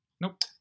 Nope